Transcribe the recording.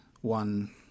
one